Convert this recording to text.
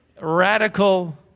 radical